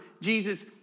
Jesus